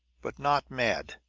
but not mad.